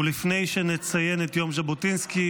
ולפני שנציין את יום ז'בוטינסקי,